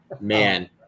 man